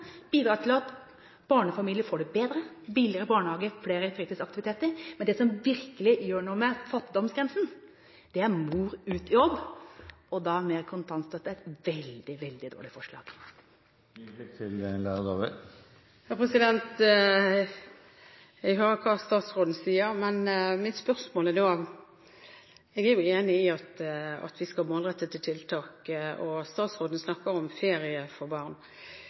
bidrar til at barnefamilier får det bedre – får billigere barnehager og flere fritidsaktiviteter. Men det som virkelig gjør noe med fattigdomsgrensen, er en mor ute i jobb. Da er mer kontantstøtte et veldig dårlig forslag. Jeg hører hva statsråden sier. Jeg er enig i at vi skal ha målrettede tiltak. Statsråden snakker om ferie for barn.